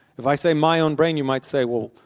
if i say my own brain, you might say, well,